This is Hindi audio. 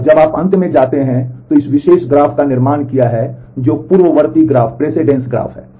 और जब आप अंत में आते हैं तो आपने इस विशेष ग्राफ का निर्माण किया है जो पूर्ववर्ती ग्राफ है